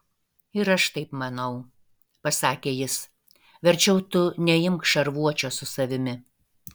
ir aš taip manau pasakė jis verčiau tu neimk šarvuočio su savimi